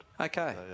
Okay